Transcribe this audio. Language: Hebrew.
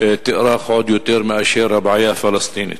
תארך עוד יותר מאשר הבעיה הפלסטינית,